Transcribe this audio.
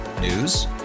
News